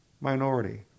minority